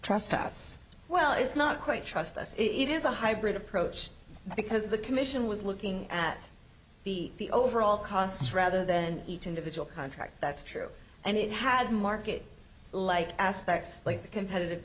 trust us well it's not quite trust us it is a hybrid approach because the commission was looking at the overall costs rather than each individual contract that's true and it had market like aspects like the competitive